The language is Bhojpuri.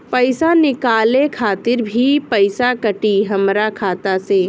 पईसा निकाले खातिर भी पईसा कटी हमरा खाता से?